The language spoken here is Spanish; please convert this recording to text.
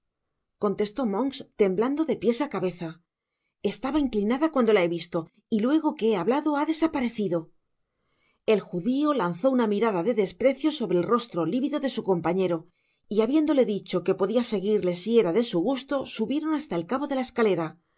contestó monks temblando de piés á cabezaestaba inclinada cuando la he visto y luego que he hablado ha desaparecido el judio lanzó una mirada de desprecio sobre el rostro livido de su compañero y habiéndole dicho que podia seguirle si era de su guslo subieron hasta el cabo de la escalera